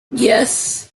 yes